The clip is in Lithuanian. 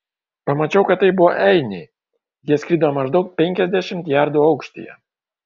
pamačiau kad tai buvo einiai jie skrido maždaug penkiasdešimt jardų aukštyje